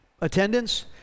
attendance